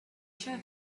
sure